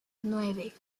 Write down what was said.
nueve